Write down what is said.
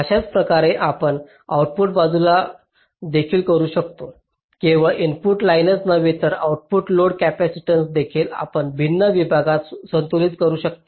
अशाच प्रकारे आपण आऊटपुट बाजू देखील करू शकतो केवळ इनपुट लाइनच नव्हे तर आउटपुट लोड कॅपेसिटन्स देखील आपण भिन्न विभागात संतुलित करू शकता